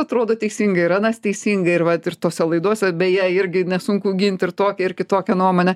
atrodo teisinga ir anas teisingai ir vat ir tose laidose beje irgi nesunku ginti ir tokią ir kitokią nuomonę